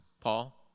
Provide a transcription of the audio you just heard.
Paul